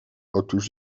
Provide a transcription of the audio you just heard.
otóż